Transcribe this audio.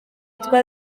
yitwa